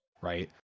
right